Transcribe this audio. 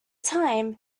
time